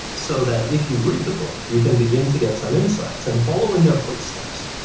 so that if you read the book, you can begin to get some insights, and follow in their footsteps,